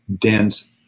dense